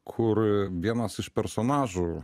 kur vienas iš personažų